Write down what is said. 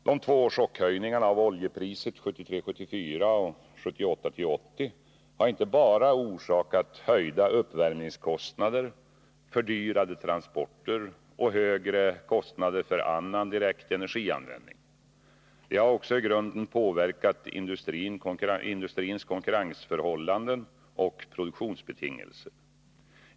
De två chockhöjningarna av oljepriset 1973 och 1974 och 1978-1980 har inte bara orsakat höjda uppvärmningskostnader, fördyrade transporter och högre kostnader för annan direkt energianvändning. De har också i grunden påverkat industrins konkurrensförhållanden och produktionsbetingelser.